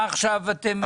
מה עכשיו אתם רוצים?